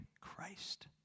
Christ